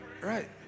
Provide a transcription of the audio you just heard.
Right